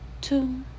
two